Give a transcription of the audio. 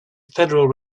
federal